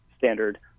Standard